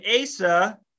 Asa